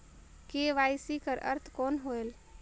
KYC कर अर्थ कौन होएल?